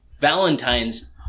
Valentine's